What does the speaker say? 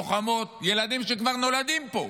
לוחמות, ילדים שכבר נולדים פה,